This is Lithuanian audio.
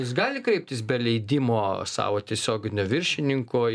jis gali kreiptis be leidimo savo tiesioginio viršininko